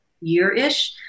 year-ish